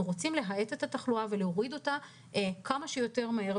רוצים להאט את התחלואה ולהוריד אותה כמה שיותר מהר.